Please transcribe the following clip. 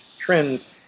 trends